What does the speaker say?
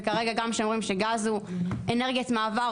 וכרגע גם כשאומרים שגז הוא אנרגיית מעבר,